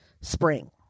spring